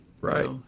Right